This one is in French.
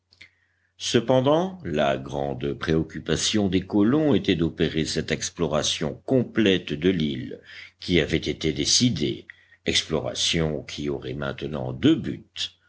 cependant la grande préoccupation des colons était d'opérer cette exploration complète de l'île qui avait été décidée exploration qui aurait maintenant deux buts